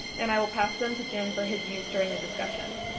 and i will pass them to jim for his use during the discussion.